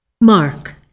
Mark